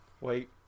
Wait